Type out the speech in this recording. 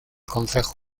concejo